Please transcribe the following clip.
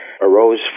arose